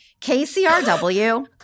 KCRW